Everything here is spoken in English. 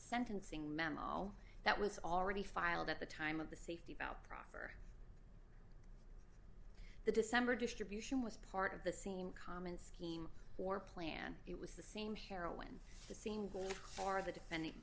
sentencing memo that was already filed at the time of the safety about proffer the december distribution was part of the scene common scheme or plan it was the same heroin the same gold bar the defendant